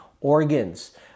organs